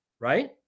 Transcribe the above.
right